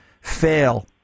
fail